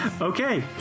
Okay